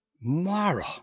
mara